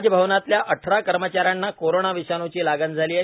राजभवनातल्या अठरा कर्मचाऱ्यांना कोरोना विषाणूची लागण झाली आहे